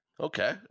Okay